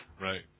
Right